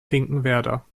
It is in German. finkenwerder